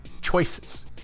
choices